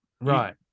Right